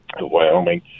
wyoming